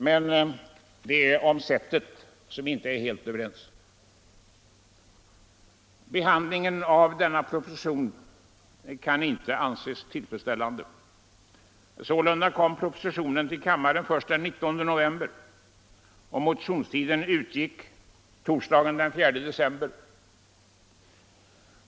Men om sättet att göra detta är vi inte helt överens. Behandlingen av denna proposition kan inte anses tillfredsställande. Sålunda kom propositionen till kammaren först den 19 november och motionstiden utgick torsdagen den 4 december.